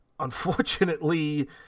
Unfortunately